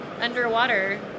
underwater